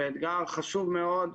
ואתגר חשוב מאוד,